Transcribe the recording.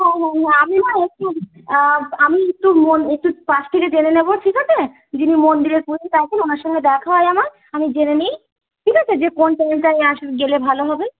হ্যাঁ হ্যাঁ আমি না একটু আমি একটু মো একটু পাশ থেকে জেনে নেবো ঠিক আছে যিনি মন্দিরের পুরোহিত আছেন ওনার সঙ্গে দেখা হয় আমার আমি জেনে নিই ঠিক আছে যে কোন টাইমটায় আস গেলে ভালো হবে